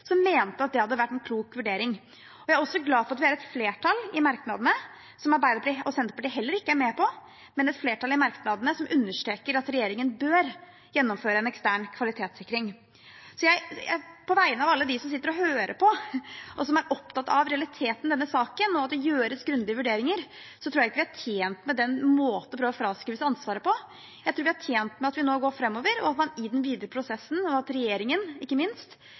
mente at det hadde vært en klok vurdering. Jeg er også glad for at vi i merknadene, som Arbeiderpartiet og Senterpartiet heller ikke er med på, har et flertall som understreker at regjeringen bør gjennomføre en ekstern kvalitetssikring. På vegne av alle dem som sitter og hører på, som er opptatt av realiteten i denne saken og at det gjøres grundige vurderinger, tror jeg ikke vi er tjent med den måten å prøve å fraskrive seg ansvaret på. Jeg tror vi er tjent med at vi nå går framover, og at man i den videre prosessen – regjeringen ikke minst